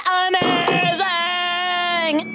amazing